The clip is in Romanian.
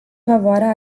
favoarea